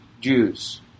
Jews